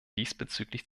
diesbezüglich